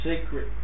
secret